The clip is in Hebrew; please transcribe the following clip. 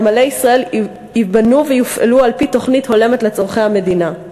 נמלי ישראל ייבנו ויופעלו על-פי תוכנית ההולמת את צורכי המדינה.